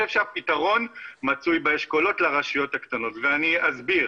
שהפתרון מצוי באשכולות לרשויות הקטנות ואני אסביר.